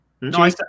No